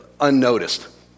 unnoticed